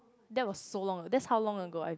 that was so long that's how long ago I